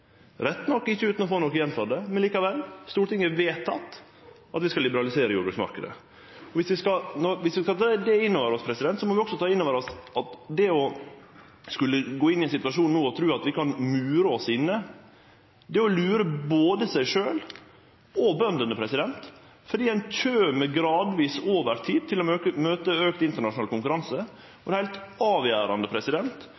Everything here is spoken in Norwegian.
rett nok ikkje utan å få noko igjen for det, men likevel: Stortinget har vedteke at vi skal liberalisere jordbruksmarknaden. Viss vi skal ta det inn over oss, må vi også ta inn over oss at det å skulle gå inn i ein situasjon no og tru at vi kan mure oss inne, er å lure både seg sjølv og bøndene, for ein kjem gradvis, over tid, til å møte auka internasjonal konkurranse,